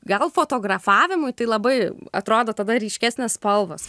gal fotografavimui tai labai atrodo tada ryškesnės spalvos